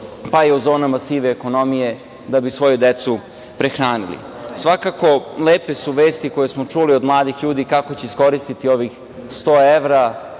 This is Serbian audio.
pa i u zonama sive ekonomije da bi svoju decu prehranili. Svakako, lepe su vesti koje smo čuli od mladih ljudi kako će iskoristiti ovih 100 evra,